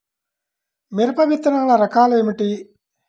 మిరప విత్తనాల రకాలు ఏమిటి?